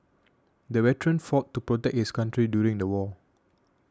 the veteran fought to protect his country during the war